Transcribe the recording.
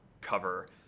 cover